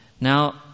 Now